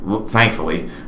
thankfully